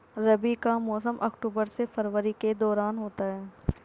रबी का मौसम अक्टूबर से फरवरी के दौरान होता है